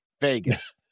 Vegas